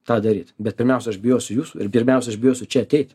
tą daryt bet pirmiausia aš bijosiu jūsų ir pirmiausia aš bijosiu čia ateit